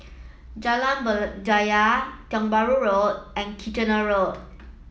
Jalan Berjaya Tiong Bahru Road and Kitchener Road